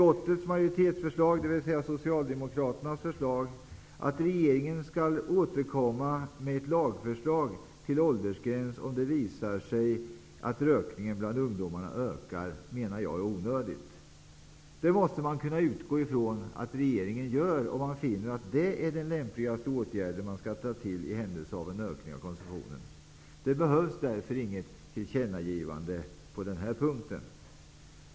Jag anser att socialdemokraternas förslag, att regeringen skall återkomma med ett lagförslag om åldersgräns om det visar sig att rökning bland ungdomar ökar, är onödigt. Man måste kunna utgå ifrån att regeringen gör på det viset, om man finner att detta är den lämpligaste åtgärden i händelse av ökning av konsumtionen. Det behövs därför inget tillkännagivande på den här punkten.